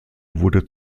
wurde